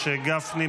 משה גפני,